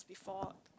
before